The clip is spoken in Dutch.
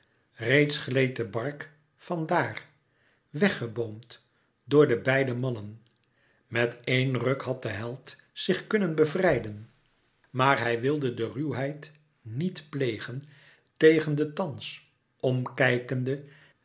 reeds gleed de bark van daar wég geboomd door de beide mannen met eén ruk had de held zich kunnen bevrijden maar hij wilde de ruwheid niet plegen tegen de thans m kijkende